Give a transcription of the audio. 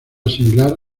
similar